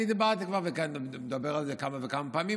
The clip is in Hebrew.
אני דיברתי כבר על זה כמה וכמה פעמים,